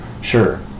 sure